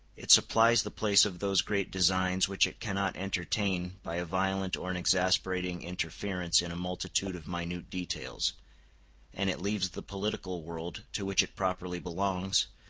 it supplies the place of those great designs which it cannot entertain by a violent or an exasperating interference in a multitude of minute details and it leaves the political world, to which it properly belongs,